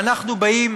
ואנחנו באים